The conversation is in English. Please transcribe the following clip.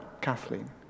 Kathleen